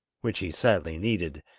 which he sadly needed,